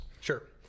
Sure